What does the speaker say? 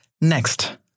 Next